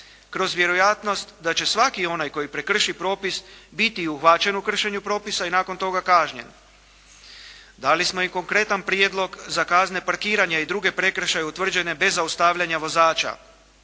kroz vjerojatnost da će svaki onaj koji prekrši propis biti uhvaćen u kršenju propisa i nakon toga kažnjen. Dali smo i konkretan prijedlog za kazne parkiranja i druge prekršaje utvrđene bez zaustavljanja vozača.